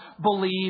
believe